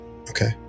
okay